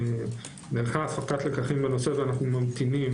נערכה הפקת לקחים בנושא ואנחנו ממתינים